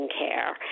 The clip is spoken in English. care